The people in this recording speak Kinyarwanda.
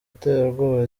iterabwoba